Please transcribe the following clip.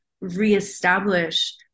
reestablish